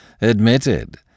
admitted